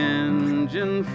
engine